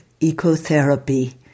Ecotherapy